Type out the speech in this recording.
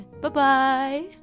bye-bye